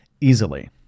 easily